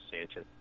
Sanchez